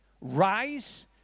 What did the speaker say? rise